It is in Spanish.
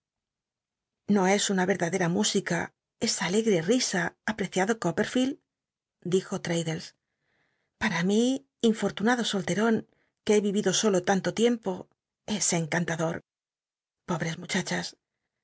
no es una verdadera música alegre isa apl'cciado coi perficld dijo traddles para mi info'lunado solteroo que he yiyido solo tanto tiempo es encantador polwcs muchachas